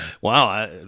Wow